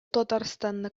татарстанны